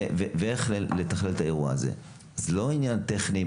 ולא לצדדים אחרים.